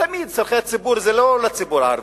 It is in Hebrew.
ותמיד צורכי הציבור זה לא לציבור הערבי,